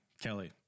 Kelly